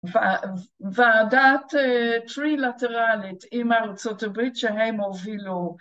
ועדת טרי-לטרלית עם ארה״ב שהם הובילו